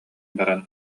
баран